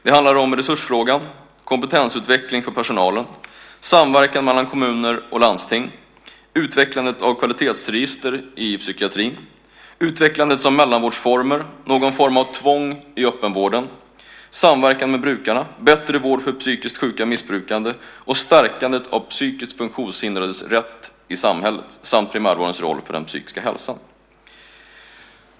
Det handlar om resursfrågan, kompetensutveckling för personalen, samverkan mellan kommuner och landsting, utvecklandet av kvalitetsregister i psykiatrin, utvecklandet av mellanvårdsformer, någon form av tvång i öppenvården, samverkan med brukarna, bättre vård för psykiskt sjuka missbrukare och stärkandet av psykiskt funktionshindrades rätt i samhället samt primärvårdens roll för den psykiska hälsan.